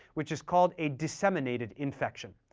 which is called a disseminated infection.